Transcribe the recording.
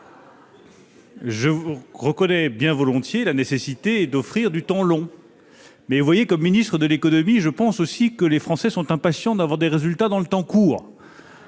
je reconnais bien volontiers la nécessité d'offrir du temps long aux chercheurs. Cependant, comme ministre de l'économie, je pense aussi que les Français sont impatients d'avoir des résultats dans le temps court.